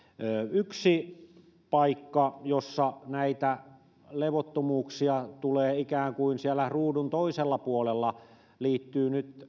yksi paikka jossa näitä levottomuuksia tulee ikään kuin siellä ruudun toisella puolella liittyy nyt